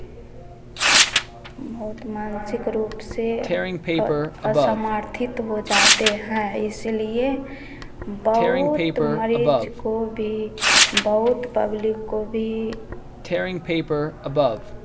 बहुत मानसिक रूप से असमार्थित हो जाते हैं इसीलिए बहुत मरीज़ को भी बहुत पब्लिक को भी